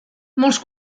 molts